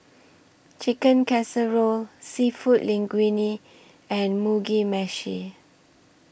Chicken Casserole Seafood Linguine and Mugi Meshi